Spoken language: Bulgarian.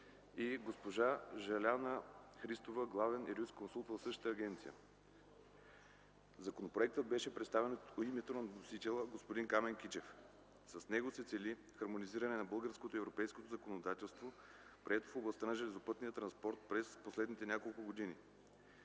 и госпожа Желяна Христова – главен юрисконсулт в същата агенция. Законопроектът беше представен от името на вносителя от господин Камен Кичев. С него се цели хармонизиране на българското с европейското законодателство, прието в областта на железопътния транспорт през последните няколко години.